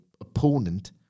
opponent